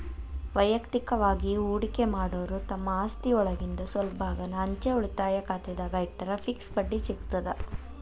ವಯಕ್ತಿಕವಾಗಿ ಹೂಡಕಿ ಮಾಡೋರು ತಮ್ಮ ಆಸ್ತಿಒಳಗಿಂದ್ ಸ್ವಲ್ಪ ಭಾಗಾನ ಅಂಚೆ ಉಳಿತಾಯ ಖಾತೆದಾಗ ಇಟ್ಟರ ಫಿಕ್ಸ್ ಬಡ್ಡಿ ಸಿಗತದ